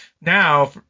Now